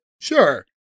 Sure